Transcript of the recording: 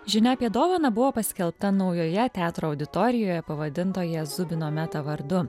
žinia apie dovaną buvo paskelbta naujoje teatro auditorijoje pavadintoje zubino meta vardu